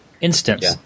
instance